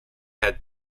had